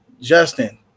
Justin